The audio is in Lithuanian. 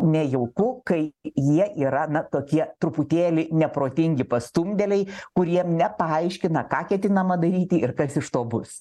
nejauku kai jie yra na tokie truputėlį neprotingi pastumdėliai kuriem nepaaiškina ką ketinama daryti ir kas iš to bus